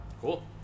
Cool